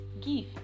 give